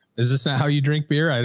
is this ah how you drink beer?